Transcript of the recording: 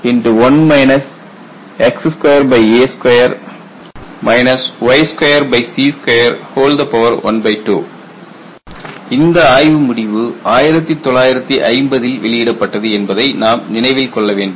01 x2a2 y2c212 இந்த ஆய்வு முடிவு 1950 ல் வெளியிடப்பட்டது என்பதை நாம் நினைவில் கொள்ளவேண்டும்